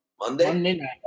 Monday